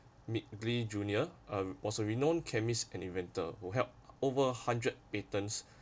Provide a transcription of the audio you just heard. midgley junior also renowned chemist and inventor who held over hundred patents